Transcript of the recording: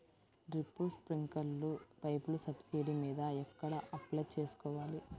Drip, స్ప్రింకర్లు పైపులు subsidy మీద ఎక్కడ అప్లై చేసుకోవాలి?